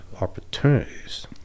opportunities